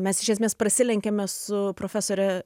mes iš esmės prasilenkėme su profesore